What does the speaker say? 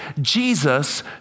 Jesus